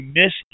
miss